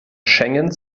schengen